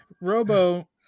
Robo